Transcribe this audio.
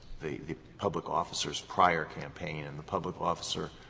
the the public officer's prior campaign, and the public officer